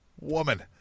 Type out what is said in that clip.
woman